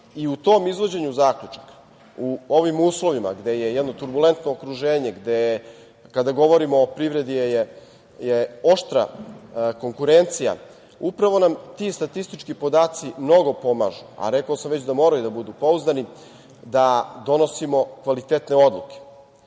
U tom izvođenju zaključaka, u ovim uslovima gde je jedno turbulentno okruženje, gde kada govorimo o privredi je oštra konkurencija, upravo nam ti statistički podaci mnogo pomažu, a rekao sam već da moraju da budu pouzdani, da donosimo kvalitetne odluke.